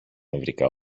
νευρικά